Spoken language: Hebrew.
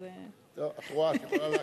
את יכולה להקריא.